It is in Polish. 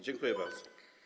Dziękuję bardzo.